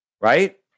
Right